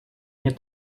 nie